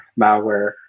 malware